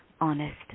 honest